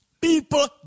People